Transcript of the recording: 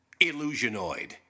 Illusionoid